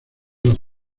los